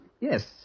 Yes